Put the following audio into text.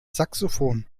saxophon